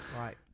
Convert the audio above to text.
Right